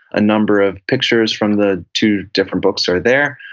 a number of pictures from the two different books are there.